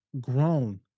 grown